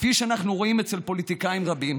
כפי שאנחנו רואים אצל פוליטיקאים רבים